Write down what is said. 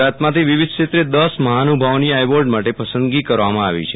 ગુજરાતમાંથી વિવિધ ક્ષેત્રેદસ મહાનુ ભાવોની આ એવોર્ડ મટે પસંદગી કરવામાં આવી છે